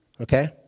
Okay